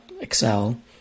Excel